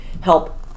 help